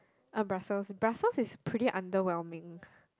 uh Brussels Brussels is pretty underwhelming